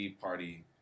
party